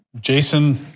Jason